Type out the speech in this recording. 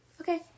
Okay